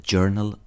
Journal